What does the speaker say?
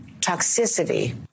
toxicity